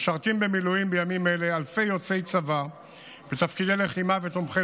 משרתים במילואים בימים אלה אלפי יוצאי צבא בתפקידי לחימה ותומכי